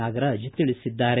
ನಾಗರಾಜ್ ತಿಳಿಸಿದ್ದಾರೆ